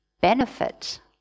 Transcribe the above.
benefit